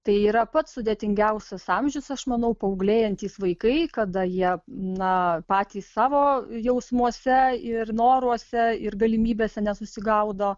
tai yra pats sudėtingiausias amžius aš manau paauglėjantys vaikai kada jie na patys savo jausmuose ir noruose ir galimybėse nesusigaudo